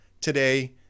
today